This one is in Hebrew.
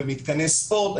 במתקני ספורט.